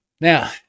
now